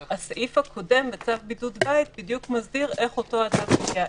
אז הסעיף הקודם בצו בידוד בית בדיוק מסדיר איך אותו אדם מגיע.